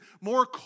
more